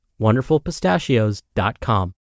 WonderfulPistachios.com